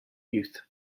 youth